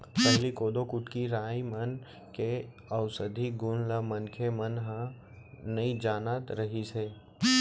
पहिली कोदो, कुटकी, राई मन के अउसधी गुन ल मनखे मन नइ जानत रिहिस हे